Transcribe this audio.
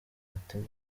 mutima